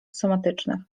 somatycznych